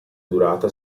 durata